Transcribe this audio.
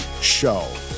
Show